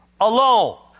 alone